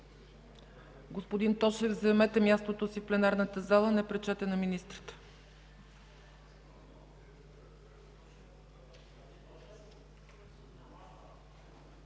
Господин Тошев, заемете мястото си в пленарната зала – не пречете на министрите.